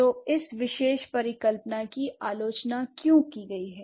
तो इस विशेष परिकल्पना की आलोचना क्यों की गई है